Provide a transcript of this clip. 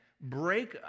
break